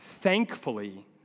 thankfully